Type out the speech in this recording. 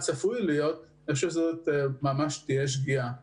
מושג איך הוא יתפתח אני חושב שזו תהיה שגיאה גדולה.